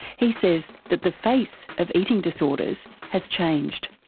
he says that the face of eating disorders has changed.